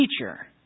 teacher